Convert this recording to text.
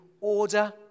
order